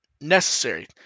necessary